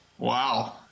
Wow